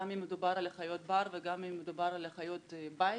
גם אם מדובר על חיות בר וגם אם מדובר על חיות בית,